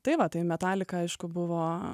tai va tai metalika aišku buvo